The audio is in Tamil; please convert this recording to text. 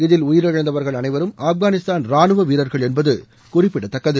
இதில் உயிரிழந்தவர்கள் அனைவரும் ஆப்கானிஸ்தான் ரானுவ வீரர்கள் என்பது குறிப்பிடத்தக்கது